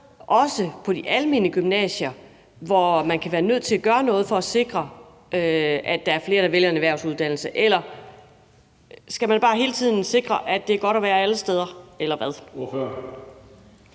også på de almene gymnasier, hvor man kan være nødt til at gøre noget for at sikre, at der er flere, der vælger en erhvervsuddannelse? Eller skal man bare hele tiden sikre, at det er godt at være alle steder – eller hvad?